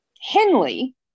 Henley